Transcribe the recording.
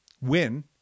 win